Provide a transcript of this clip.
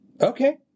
Okay